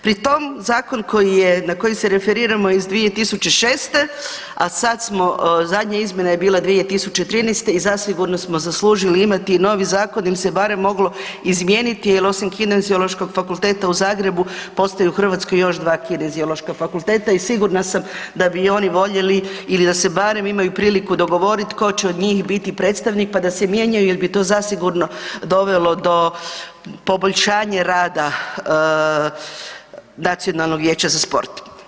Pri tom, zakon koji na koji se referiramo iz 2006. a sad smo zadnje izmjena je bila 2013. i zasigurno smo zaslužili imati novi zakon ili se barem moglo izmijeniti jer osim Kineziološkog fakulteta u Zagrebu, postoji u Hrvatskoj još dva Kineziološka fakulteta i sigurna sam da bi i oni voljeli ili da se barem imaju priliku dogovorit ko će od njih biti predstavnik pa da se mijenjaju jer bi to zasigurno dovelo do poboljšanja rada Nacionalnog vijeća za sport.